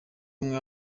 amwe